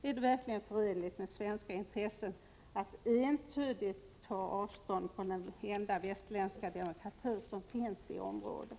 Är det verkligen förenligt med svenska intressen att entydigt ta avstånd från den enda västerländska demokratin i området?